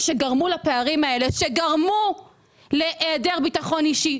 שגרמו לפערים האלה וגרמו להיעדר ביטחון אישי.